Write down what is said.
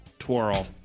twirl